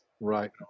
right